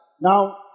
now